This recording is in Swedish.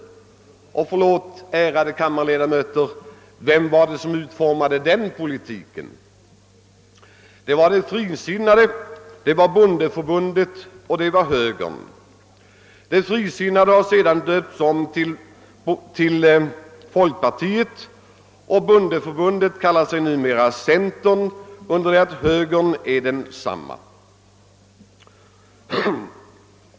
Förlåt, ärade kammarledamöter, men vem var det som utformade den politiken? Det var de frisinnade, det var bondeförbundet och det var högern. De frisinnade har sedan döpts om till folkpartiet och bondeförbundet kallar sig numera centern, under det att högern är densamma.